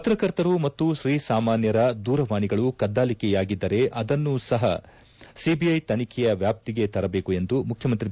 ಪತ್ರಕರ್ತರು ಮತ್ತು ತ್ರೀ ಸಾಮಾನ್ಥರ ದೂರವಾಣಿಗಳು ಕದ್ದಾಲಿಕೆಯಾಗಿದ್ದರೆ ಅದನ್ನೂ ಸಹ ಸಿಬಿಐ ತನಿಖೆಯ ವ್ಯಾಪ್ತಿಗೆ ತರಬೇಕೆಂದು ಮುಖ್ಯಮಂತ್ರಿ ಬಿ